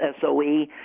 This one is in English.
SOE